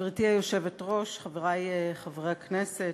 גברתי היושבת-ראש, חברי חברי הכנסת,